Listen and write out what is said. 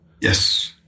Yes